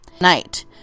night